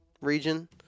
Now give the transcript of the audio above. region